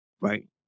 Right